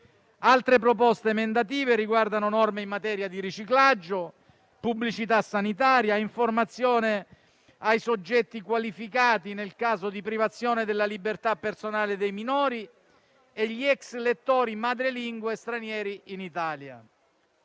Altre proposte emendative riguardano norme in materia di riciclaggio, pubblicità sanitaria, informazione ai soggetti qualificati nel caso di privazione della libertà personale dei minori ed *ex* lettori madrelingua straniera in Italia.